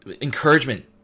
encouragement